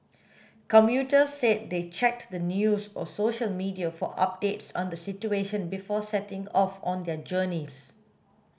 commuters said they checked the news or social media for updates on the situation before setting off on their journeys